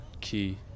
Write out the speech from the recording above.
key